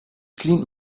cleaned